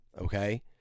Okay